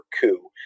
coup